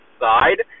side